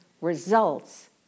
results